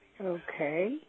Okay